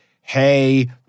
hey